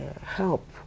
help